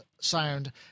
sound